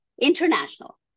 international